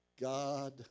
God